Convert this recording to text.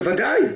בוודאי.